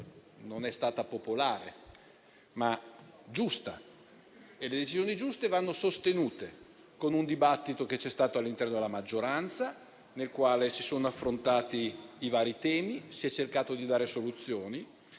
è stata non popolare, ma giusta e le decisioni giuste vanno sostenute: lo si è fatto con un dibattito all'interno della maggioranza, nel quale si sono affrontati i vari temi; si è cercato di dare soluzioni